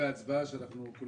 לא